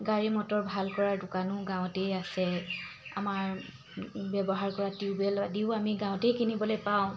গাড়ী মটৰ ভাল কৰাৰ দোকানো গাঁৱতেই আছে আমাৰ ব্যৱহাৰ কৰা টিউবৱেল আদিও আমি গাঁৱতেই কিনিবলৈ পাওঁ